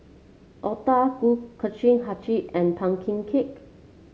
otah Kuih Kacang hijau and pumpkin cake